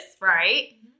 right